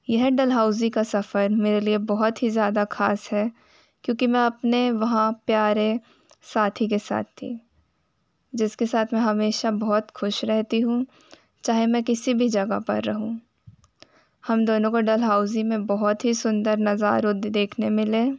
यह डल्हौज़ी का सफ़र मेरे लिए बहुत ही ज़्यादा ख़ास है क्योंकि मैं अपने वहाँ प्यारे साथी के साथ थी जिसके साथ मैं हमेशा बहुत ख़ुश रहती हूँ चाहे मैं किसी भी जगह पर रहूँ हम दोनों को डल्हौज़ी में बहुत ही सुन्दर नज़ारे देखने मिले